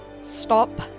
Stop